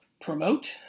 promote